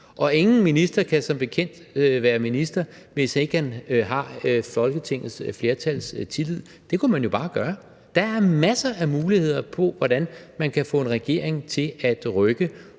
Og ingen minister kan som bekendt være minister, hvis ikke han har Folketingets flertals tillid. Det kunne man jo bare gøre; der er masser af muligheder for, hvordan man kan få en regering til at rykke